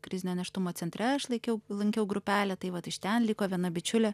krizinio nėštumo centre aš laikiau lankiau grupelę tai vat iš ten liko viena bičiulė